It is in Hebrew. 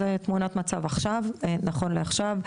זו תמונת מצב נכון לעכשיו.